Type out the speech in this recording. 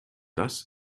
das